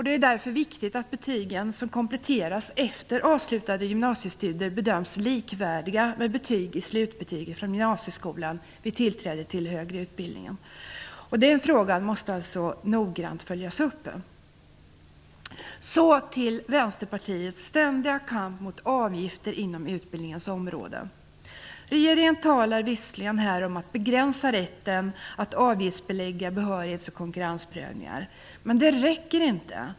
Det är därför viktigt att betygen som kompletteras efter avslutade gymnasiestudier bedöms likvärdiga med slutbetyg i betyget från gymnasieskolan vid tillträde till högre utbildning. Den frågan måste noggrant följas upp. Så till Vänsterpartiets ständiga kamp mot avgifter inom utbildningens område. Regeringen talar visserligen här om att begränsa rätten att avgiftsbelägga behörighets och konkurrensprövningar. Men det räcker inte.